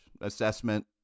assessment